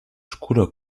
oscuro